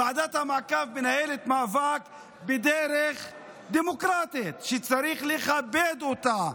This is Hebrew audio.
ועדת המעקב מנהלת מאבק בדרך דמוקרטית שצריך לכבד אותה.